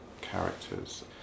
characters